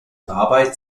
dabei